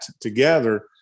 together